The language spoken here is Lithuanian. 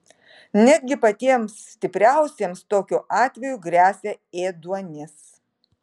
netgi patiems stipriausiems tokiu atveju gresia ėduonis